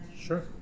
Sure